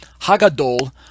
hagadol